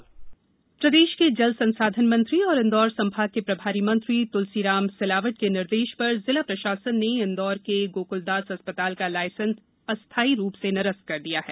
पेश है एक रिपोर्ठ अस्पताल कार्रवाई प्रदेश के जल संसाधन मंत्री और इंदौर संभाग के प्रभारी मंत्री त्लसीराम सिलाव के निर्देश पर जिला प्रशासन ने इंदौर के गोक्लदास अस्पताल का लाइसेंस अस्थायी रूप से निरस्त कर दिया है